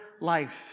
life